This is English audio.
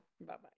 Bye-bye